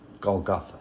Golgotha